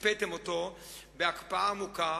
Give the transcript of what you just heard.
הקפאתם אותה הקפאה עמוקה,